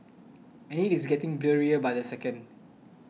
and it is getting blurrier by the second